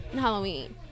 Halloween